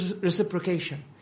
reciprocation